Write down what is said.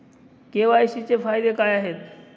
KYC चे फायदे काय आहेत?